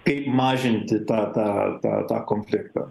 kaip mažinti tą tą tą tą konfliktą